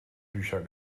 bücher